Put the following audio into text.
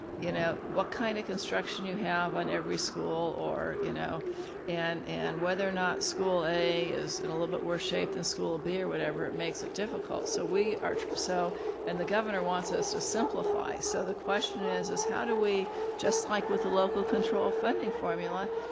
you know, what kind of construction you have on every school or, you know and and whether or not school a is in a little bit worse shape than school b or whatever, it makes it difficult. so we are so and the governor wants us to simplify. so the question is is how do we just like with the local control funding formula,